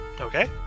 Okay